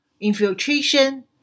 infiltration